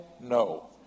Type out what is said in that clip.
No